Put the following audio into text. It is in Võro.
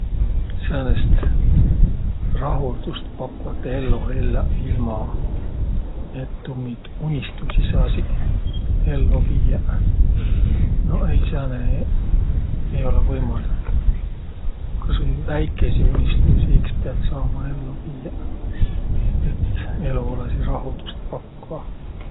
Säänest rahuldustpakvat ello elläq, ilma et ummi unistuisi saasiq ello viiäq? No ei, sääne ei olõq võimalik. Kasvai väikeisi unistuisi iks piät saama ello viiäq, et elo olõsiq rahulduspakva.